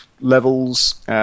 levels